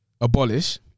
Abolish